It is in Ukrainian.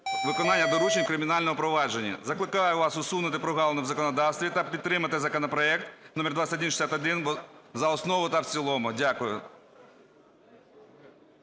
виконання доручень кримінального провадження. Закликаю вас усунути прогалини в законодавстві та підтримати законопроект номер 2161 за основу та в цілому. Дякую.